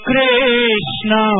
Krishna